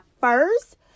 first